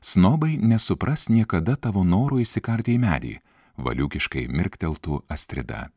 snobai nesupras niekada tavo noro įsikarti į medį valiūkiškai mirkteltų astrida